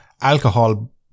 alcohol